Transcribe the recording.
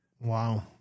Wow